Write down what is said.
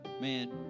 Man